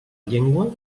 llengua